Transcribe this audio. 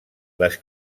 les